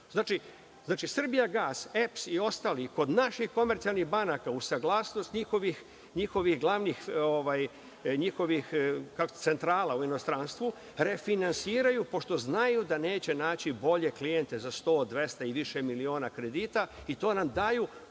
„Srbijagas“, EPS i ostali kod naših komercijalnih banaka, uz saglasnost njihovih centrala u inostranstvu, refinansiraju, pošto znaju da neće naći bolje klijente za 100, 200 i više miliona kredita i to nam daju